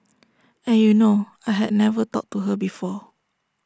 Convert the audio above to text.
and you know I had never talked to her before